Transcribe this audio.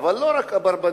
אבל לא רק "אברבנאל",